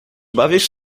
bawisz